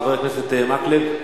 חבר הכנסת מקלב?